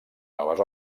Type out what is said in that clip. noves